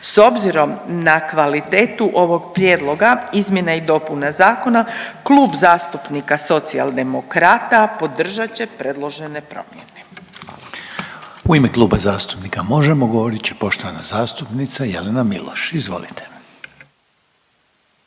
S obzirom na kvalitetu ovog prijedloga izmjena i dopuna zakona, Klub zastupnika Socijaldemokrata podržat će predložene promijene. **Reiner, Željko (HDZ)** U ime Kluba zastupnika Možemo!, govorit će poštovana zastupnica Jelena Miloš, izvolite.